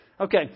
Okay